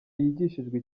yigishijwe